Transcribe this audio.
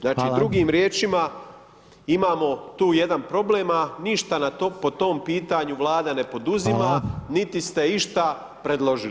Znači drugim riječima imamo tu jedan problem a ništa po tom pitanju Vlada ne poduzima niti ste išta predložili.